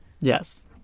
Yes